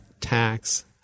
tax